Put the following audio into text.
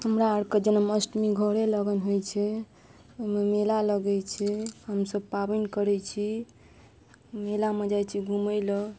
हमरा आरके जन्म अष्टमी घरे लगन होइ छै ओहिमे मेला लगै छै हमसब पावनि करै छी मेलामे जाइ छी घुमै लए